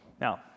Now